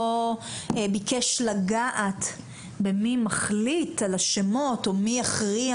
לא ביקש לגעת במי מחליט על השמות או מי יכריע